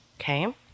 Okay